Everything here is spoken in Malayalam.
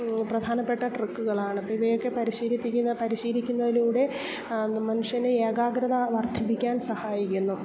പ്രധാനപ്പെട്ട ട്രിക്കുകളാണ് അപ്പോൾ ഇവയൊക്കെ പരിശീലിപ്പിക്കുന്ന പരിശീലിക്കുന്നതിലൂടെ മനുഷ്യനെ ഏകാഗ്രത വർധിപ്പിക്കാൻ സഹായിക്കുന്നു